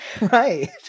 Right